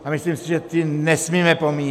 A myslím si, že ty nesmíme pomíjet.